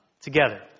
together